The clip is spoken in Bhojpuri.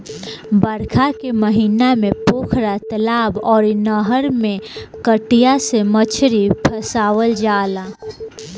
बरखा के महिना में पोखरा, तलाब अउरी नहर में कटिया से मछरी फसावल जाला